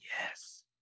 Yes